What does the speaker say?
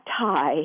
tie